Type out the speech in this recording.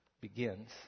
begins